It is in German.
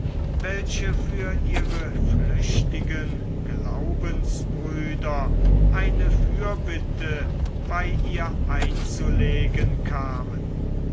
welche für ihre flüchtigen glaubensbrüder eine fürbitte bei ihr einzulegen kamen